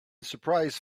surprise